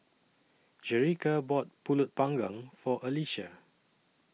Jerica bought Pulut Panggang For Alyssia